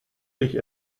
dich